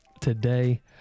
today